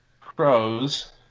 Crows